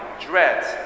dreads